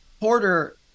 Porter